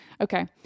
Okay